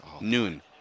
noon